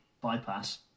bypass